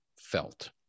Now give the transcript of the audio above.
felt